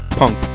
punk